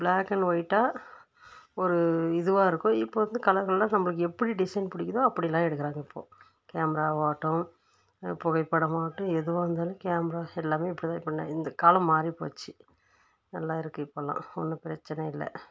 block and ஒயிட்டாக ஒரு இதுவாக இருக்கும் இப்போது வந்து கலர் கலராக நம்மளுக்கு எப்படி டிசைன் பிடிக்குதோ அப்படிலாம் எடுக்கிறாங்க இப்போது கேமராவாகட்டும் புகைப்படமாகட்டும் எதுவாக இருந்தாலும் கேமராஸ் எல்லாமே இப்படி தான் இப்போ இந்த காலம் மாறிபோச்சு நல்லா இருக்குது இப்போலாம் ஒன்றும் பிரச்சனை இல்லை